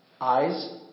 eyes